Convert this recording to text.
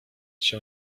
się